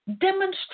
Demonstrate